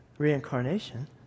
reincarnation